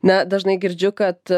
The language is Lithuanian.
na dažnai girdžiu kad